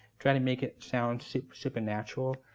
try to make it sound supernatural.